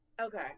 Okay